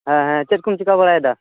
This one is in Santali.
ᱦᱮᱸ ᱦᱮᱸ ᱪᱮᱫ ᱠᱚᱢ ᱪᱮᱠᱟ ᱵᱟᱲᱟᱭᱮᱫᱟ